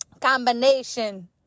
combination